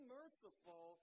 merciful